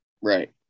right